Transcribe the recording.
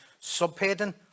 subheading